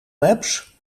maps